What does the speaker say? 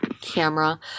camera